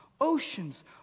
oceans